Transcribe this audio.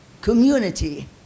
community